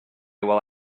while